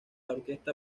orquesta